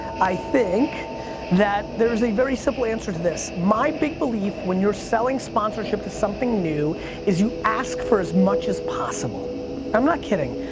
i think that there's a very simple answer to this. my big belief, when you're selling sponsorship to something new is you ask for as much as possible. and i'm not kidding.